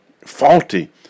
faulty